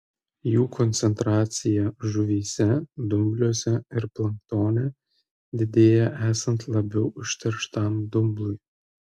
jų koncentracija žuvyse dumbliuose ir planktone didėja esant labiau užterštam dumblui